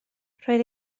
roedd